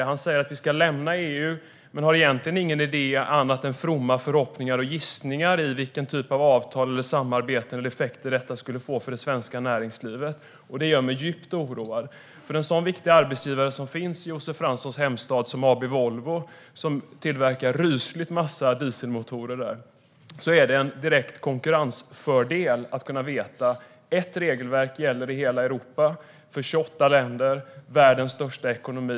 Han säger att vi ska lämna EU men har egentligen ingen idé, annat än fromma förhoppningar och gissningar, om vilken typ av avtal, samarbeten eller effekter detta skulle få för det svenska näringslivet. Det gör mig djupt oroad. För en så viktig arbetsgivare som AB Volvo, som finns i Josef Franssons hemstad och som tillverkar en ryslig massa dieselmotorer, är det en direkt konkurrensfördel att veta att ett enda regelverk gäller i hela Europa - för 28 länder, världens största ekonomi.